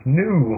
new